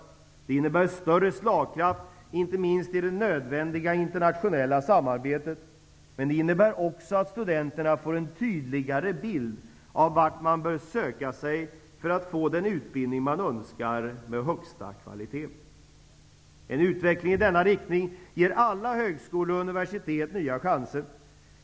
Det innebär en större slagkraft, inte minst i det nödvändiga internationella samarbetet. Men det innebär också att studenterna får en tydligare bild av vart man bör söka sig för att få den utbildning man önskar med högsta kvalitet. En utveckling i denna riktning ger alla högskolor och universitet nya chanser.